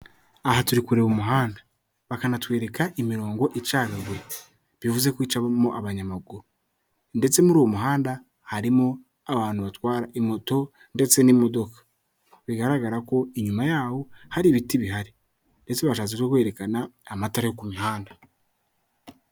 Aha turi kureba umuhanda, bakanatwereka imirongo icagaguwe bivuze ko icamo abanyamaguru ndetse muri uwo muhanda harimo abantu batwara moto ndetse n'imodoka, bigaragara ko inyuma yaho hari ibiti bihari ndetse bashatse no kwerekana amatara yo ku mihanda.